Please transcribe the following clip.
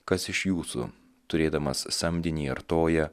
kas iš jūsų turėdamas samdinį artoją